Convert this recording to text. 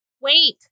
wait